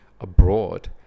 abroad